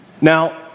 Now